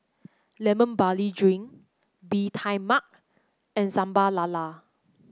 Lemon Barley Drink Bee Tai Mak and Sambal Lala